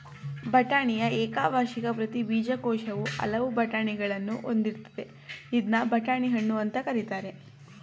ಬಟಾಣಿಯ ಏಕವಾರ್ಷಿಕ ಪ್ರತಿ ಬೀಜಕೋಶವು ಹಲವು ಬಟಾಣಿಗಳನ್ನು ಹೊಂದಿರ್ತದೆ ಇದ್ನ ಬಟಾಣಿ ಹಣ್ಣು ಅಂತ ಕರೀತಾರೆ